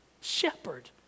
Shepherd